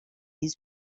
his